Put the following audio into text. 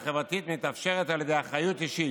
מי היועץ המשפטי שעושה את דברו של השר.